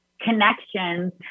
connections